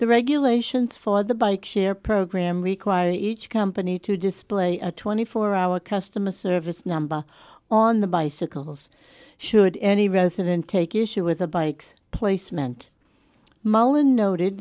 the regulations for the bike share program require each company to display a twenty four hour customer service number on the bicycles should any resident take issue with a bike's placement mala noted